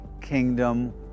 kingdom